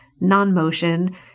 non-motion